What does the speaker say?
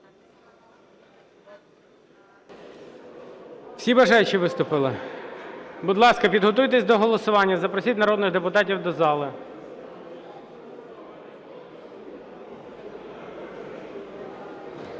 Всі бажаючі виступили? Будь ласка, підготуйтесь до голосування. Запросіть народних депутатів до зали.